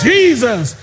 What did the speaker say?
Jesus